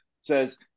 says